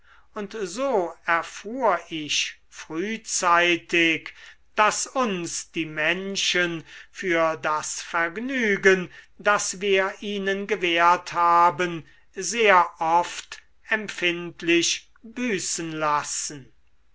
und so erfuhr ich frühzeitig daß uns die menschen für das vergnügen das wir ihnen gewährt haben sehr oft empfindlich büßen lassen